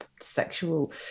sexual